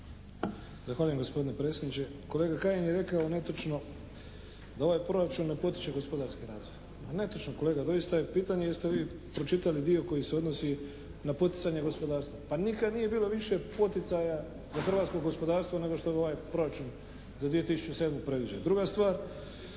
Zahvaljujem gospodine predsjedniče. Kolega Kajin je rekao netočno da ovaj proračun ne potiče gospodarski razvoj. Pa netočno kolega. Doista je pitanje jeste vi pročitali dio koji se odnosi na poticanje gospodarstva? Pa nikad nije bilo više poticaja za hrvatsko gospodarstvo nego što je ovaj proračun za 2007. predviđen. Druga stvar,